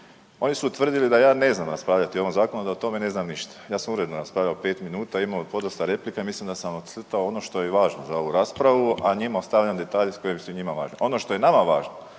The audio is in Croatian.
Oni su utvrdili da ja ne znam raspravljati o ovom zakonu, da o tome ne znam ništa. Ja sam uredno raspravljao 5 minuta i imao podosta replika i mislim da sam vam ocrtao ono što je i važno za ovu raspravu, a njima ostavljam detalje koji su njima važni. Ono što je nama važno,